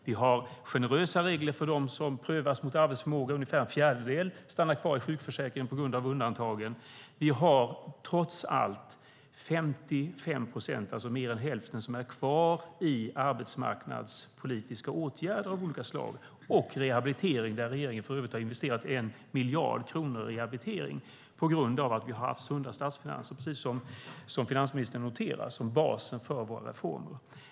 Vi har generösa regler för dem som prövas mot arbetsförmåga. Ungefär en fjärdedel stannar kvar i sjukförsäkringen på grund av undantagen. Vi har trots allt 55 procent, alltså mer än hälften, som är kvar i arbetsmarknadspolitiska åtgärder av olika slag och rehabilitering, där regeringen för övrigt har investerat en miljard kronor. Detta är på grund av att vi, precis som finansministern noterar, har haft sunda statsfinanser som bas för våra reformer.